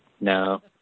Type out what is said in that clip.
No